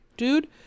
Dude